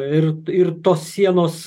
ir ir tos sienos